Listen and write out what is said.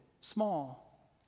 small